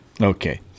Okay